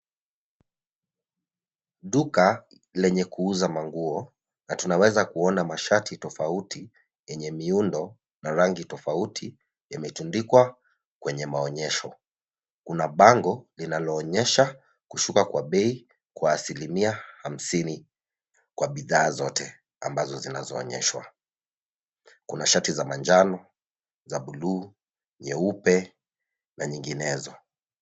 Duka lenye kuuza manguo na tunaweza kuona mashati tofauti enye miundo na rangi tofauti yametundikwa kwenye maonyesho. Kuna bango linaloonyesha kushuka kwa bei kwa asilimia hamsini kwa bidhaa zote ambazo zinazoonyeshwa. Kuna shati za manjano, za bluu, nyeupe na nyinginezo.